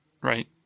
right